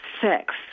sex